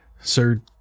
sir